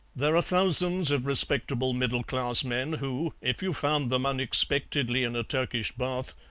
there are thousands of respectable middle-class men who, if you found them unexpectedly in a turkish bath,